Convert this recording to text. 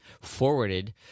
forwarded